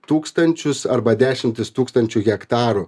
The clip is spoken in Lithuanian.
tūkstančius arba dešimtis tūkstančių hektarų